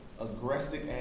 aggressive